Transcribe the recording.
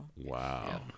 Wow